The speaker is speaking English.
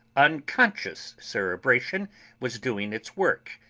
unconscious cerebration was doing its work,